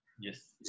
Yes